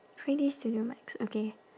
three D studio max okay